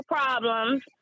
problems